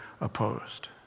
opposed